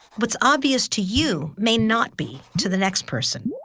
what's obvious to you may not be to the next person.